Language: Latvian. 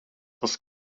tas